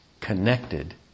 connected